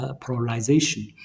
polarization